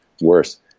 worse